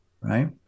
right